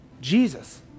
Jesus